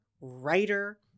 writer